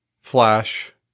Flash